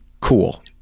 cool